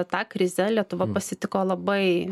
tą krizę lietuva pasitiko labai